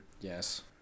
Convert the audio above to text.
Yes